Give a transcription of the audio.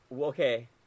Okay